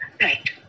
Right